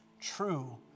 true